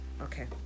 Okay